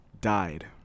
Died